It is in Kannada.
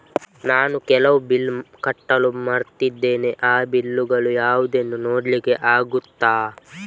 ನಾನು ಕೆಲವು ಬಿಲ್ ಕಟ್ಟಲು ಮರ್ತಿದ್ದೇನೆ, ಆ ಬಿಲ್ಲುಗಳು ಯಾವುದೆಂದು ನೋಡ್ಲಿಕ್ಕೆ ಆಗುತ್ತಾ?